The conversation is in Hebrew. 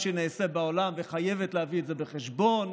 שנעשה בעולם וחייבת להביא את זה בחשבון,